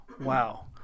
Wow